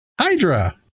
Hydra